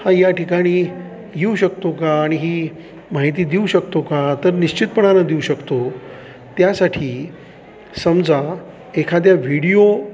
हा या ठिकाणी येऊ शकतो का आणि ही माहिती देऊ शकतो का तर निश्चितपणानं देऊ शकतो त्यासाठी समजा एखाद्या व्हिडिओ